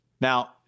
Now